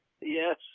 yes